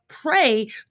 pray